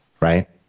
right